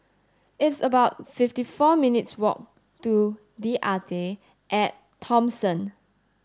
it's about fifty four minutes' walk to The Arte at Thomson